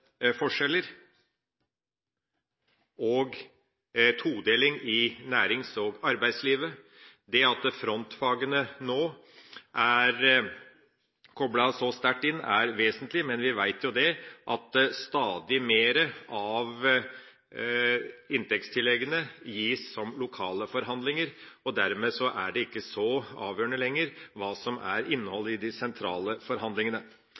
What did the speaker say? og todeling i nærings- og arbeidslivet. Det at frontfagene nå er koblet så sterkt inn, er vesentlig. Men vi vet jo at stadig mer av inntektstilleggene gis som lokale forhandlinger, og dermed er det ikke lenger så avgjørende hva som er innholdet i de sentrale forhandlingene.